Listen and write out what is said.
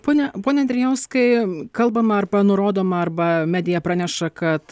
pone pone andrijauskai kalbama arba nurodoma arba media praneša kad